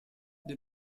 the